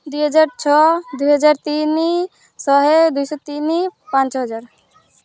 ଦୁଇ ହଜାର ଛଅ ଦୁଇ ହଜାର ତିନି ଶହେ ଦୁଇ ଶହ ତିନି ପାଞ୍ଚ ହଜାର